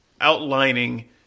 outlining